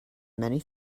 many